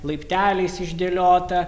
laipteliais išdėliota